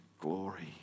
glory